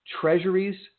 Treasuries